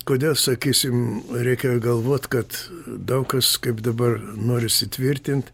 kodėl sakysim reikia galvot kad daug kas kaip dabar norisi tvirtint